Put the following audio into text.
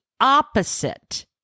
opposite